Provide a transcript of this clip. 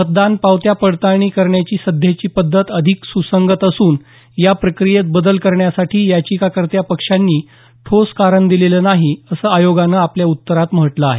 मतदान पावत्या पडताळणी करण्याची सध्याची पद्धत अधिक सुसंगत असून या प्रक्रियेत बदल करण्यासाठी याचिकाकर्त्या पक्षांनी ठोस कारण दिलेलं नाही असं आयोगानं आपल्या उत्तरात म्हटलं आहे